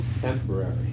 Temporary